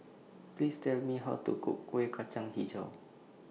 Please Tell Me How to Cook Kueh Kacang Hijau